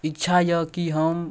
इच्छा अइ कि हम